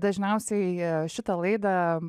dažniausiai šitą laidą